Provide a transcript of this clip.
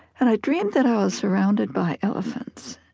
and i dreamed that i was surrounded by elephants.